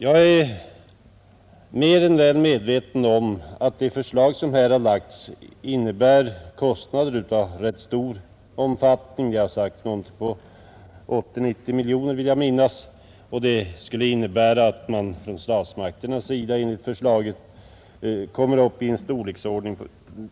Jag är mer än väl medveten om att förslaget innebär kostnader av rätt stor omfattning; det har sagts någonting om 80—90 miljoner kronor, vill jag minnas. Det skulle innebära att statsmakternas bidrag kommer upp i storleksordningen